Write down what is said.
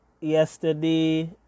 yesterday